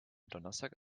donnerstag